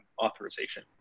authorization